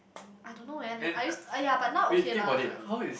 I don't know when I used !aiya! but now okay lah